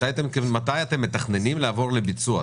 מתי אתם מתכננים לעבור לביצוע?